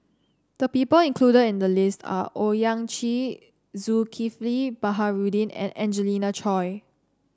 the people included in the list are Owyang Chi Zulkifli Baharudin and Angelina Choy